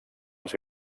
els